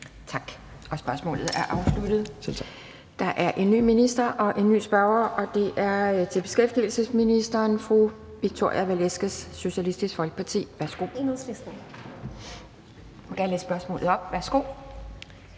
Tak. Spørgsmålet er afsluttet. Der er en ny minister og en ny spørger. Det er et spørgsmål til beskæftigelsesministeren af fru Victoria Velasquez, Socialistisk Folkeparti. Værsgo.